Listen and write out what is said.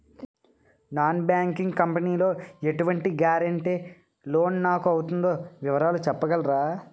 Non banking company లో ఎటువంటి guarantee loan నాకు అవుతుందో వివరాలు చెప్పగలరా?